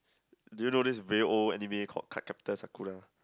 do you know this very old anime called Cardcaptor Sakura